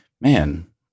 man